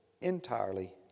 entirely